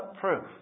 proof